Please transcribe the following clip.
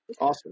Awesome